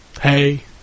Hey